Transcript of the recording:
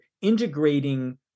integrating